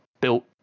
built